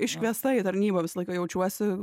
iškviesta į tarnybą visą laiką jaučiuosi